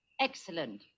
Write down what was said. Excellent